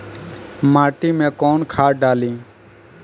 माटी में कोउन खाद डाली?